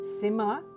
similar